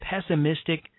pessimistic